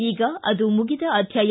ಈಗ ಅದು ಮುಗಿದ ಅಧ್ಯಾಯ